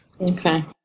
Okay